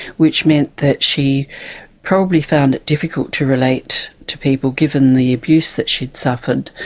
which meant that she probably found it difficult to relate to people, given the abuse that she had suffered,